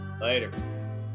later